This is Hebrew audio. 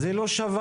אז היא לא שווה.